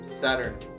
Saturn